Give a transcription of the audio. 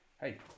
Hey